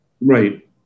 Right